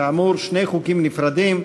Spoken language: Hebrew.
כאמור, שני חוקים נפרדים,